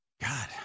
God